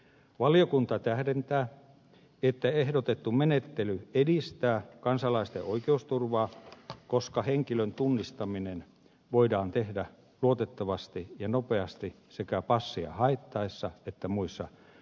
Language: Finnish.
valiokunta tähdentää että ehdotettu menettely edistää kansalaisten oikeusturvaa koska henkilön tunnistaminen voidaan tehdä luotettavasti ja nopeasti sekä passia haettaessa että muissa tunnistamistilanteissa